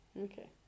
Okay